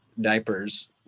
diapers